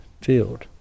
field